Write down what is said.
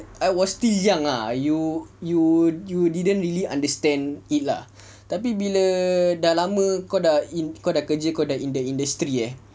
I was still young ah you you you didn't really understand it lah tapi bila dah lama kau dah ini kau dah kerja kau dah in the industry eh